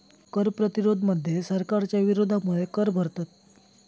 कर प्रतिरोध मध्ये सरकारच्या विरोधामुळे कर भरतत